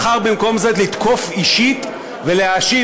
בחר במקום זה לתקוף אישית ולהאשים,